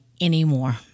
anymore